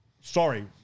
sorry